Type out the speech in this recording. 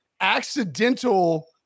accidental